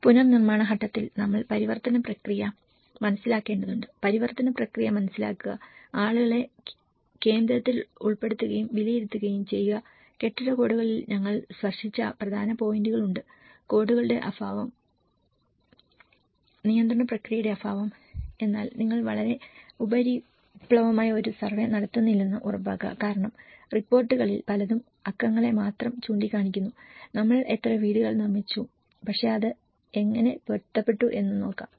പുനർനിർമ്മാണ ഘട്ടത്തിൽ നമ്മൾ പരിവർത്തന പ്രക്രിയ മനസ്സിലാക്കേണ്ടതുണ്ട് പരിവർത്തന പ്രക്രിയ മനസ്സിലാക്കുക ആളുകളെ കേന്ദ്രത്തിൽ ഉൾപ്പെടുത്തുകയും വിലയിരുത്തുകയും ചെയ്യുക കെട്ടിട കോഡുകളിൽ ഞങ്ങൾ സ്പർശിച്ച പ്രധാന പോയിന്റുകൾ ഉണ്ട് കോഡുകളുടെ അഭാവം നിയന്ത്രണ പ്രക്രിയയുടെ അഭാവം എന്നാൽ നിങ്ങൾ വളരെ ഉപരിപ്ലവമായ ഒരു സർവേ നടത്തുന്നില്ലെന്ന് ഉറപ്പാക്കുക കാരണം റിപ്പോർട്ടുകളിൽ പലതും അക്കങ്ങളെ മാത്രം ചൂണ്ടിക്കാണിക്കുന്നു നമ്മൾ എത്ര വീടുകൾ നിർമ്മിച്ചു പക്ഷേ അത് എങ്ങനെ പൊരുത്തപ്പെട്ടു എന്ന് നോക്കണം